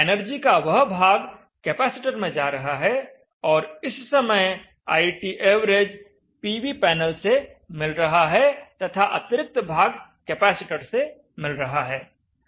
energy का वह भाग कैपेसिटर में जा रहा है और इस समय ITav पीवी पैनल से मिल रहा है तथा अतिरिक्त भाग कैपेसिटर से मिल रहा है